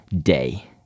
day